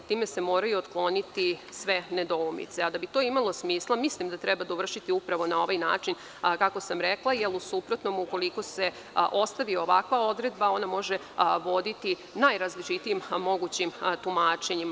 Time se moraju otkloniti sve nedoumice, a da bi to imalo smisla, mislim da treba dovršiti upravo na ovaj način kako sam rekla, i u suprotnom, ukoliko se ostavi ovakva odredba, ona može voditi najrazličitijim mogućim tumačenjima.